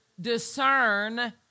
discern